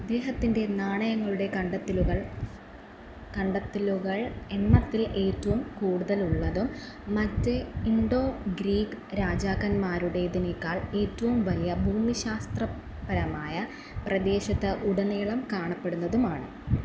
അദ്ദേഹത്തിൻ്റെ നാണയങ്ങളുടെ കണ്ടത്തലുകൾ കണ്ടത്തലുകൾ എണ്ണത്തിൽ ഏറ്റവും കൂടുതലുള്ളതും മറ്റേ ഇൻഡോ ഗ്രീക്ക് രാജാക്കന്മാരുടേതിനേക്കാൾ ഏറ്റവും വലിയ ഭൂമിശാസ്ത്രപരമായ പ്രദേശത്ത് ഉടനീളം കാണപ്പെടുന്നതുമാണ്